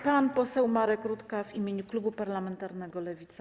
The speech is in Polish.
Pan poseł Marek Rutka w imieniu klubu parlamentarnego Lewica.